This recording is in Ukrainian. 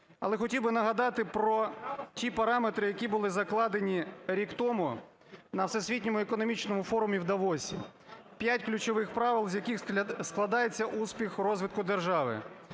Але хотів би нагадати про ті параметри, які були закладені рік тому на Всесвітньому економічному форумі в Давосі. П'ять ключових правил, з яких складається успіх розвитку держави.